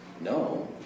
no